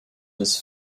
was